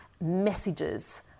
messages